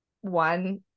one